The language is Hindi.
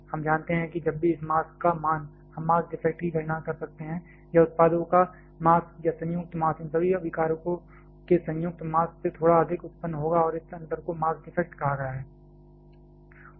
हम जानते हैं कि जब भी इस मास का मान हम मास डिफेक्ट की गणना कर सकते हैं यानी उत्पादों का मास या संयुक्त मास इन सभी अभिकारकों के संयुक्त मास से थोड़ा अधिक उत्पन्न होगा और इस अंतर को मास डिफेक्ट कहा गया